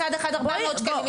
מצד אחד 400 שקלים,